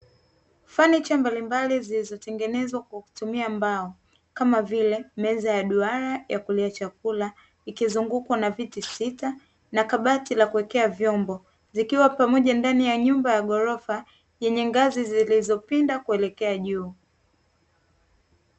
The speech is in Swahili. Fanicha mbalimbali zilizotengenezwa kwa kutumia mbao, kama vile meza ya duara ya kulia chakula, ikizungukwa na viti sita, na kabati la kuwekea vyombo, zikiwa pamoja ndani ya nyumba ya ghorofa, yenye ngazi zilizopinda kuelekea juu.